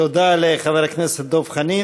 תודה לחבר הכנסת דב חנין.